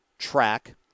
Track